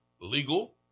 legal